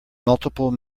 multiple